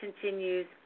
continues